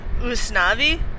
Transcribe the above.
Usnavi